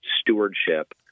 stewardship